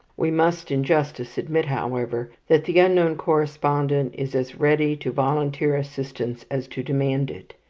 we must in justice admit, however, that the unknown correspondent is as ready to volunteer assistance as to demand it.